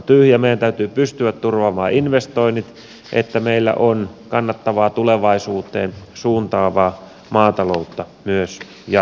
meidän täytyy pystyä turvaamaan investoinnit jotta meillä on kannattavaa tulevaisuuteen suuntaavaa maataloutta myös jatkossa